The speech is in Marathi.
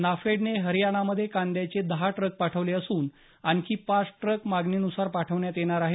नाफेडने हरयाणामधे कांद्याचे दहा ट्रक पाठवले असून आणखी पाच ट्रक मागणीनुसार पाठवण्यात येणार आहेत